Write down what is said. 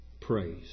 praise